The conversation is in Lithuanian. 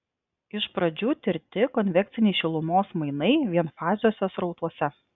iš pradžių tirti konvekciniai šilumos mainai vienfaziuose srautuose